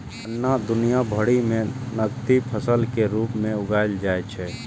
गन्ना दुनिया भरि मे नकदी फसल के रूप मे उगाएल जाइ छै